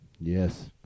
Yes